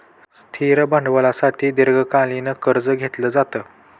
स्थिर भांडवलासाठी दीर्घकालीन कर्ज घेतलं जातं